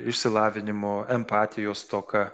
išsilavinimo empatijos stoka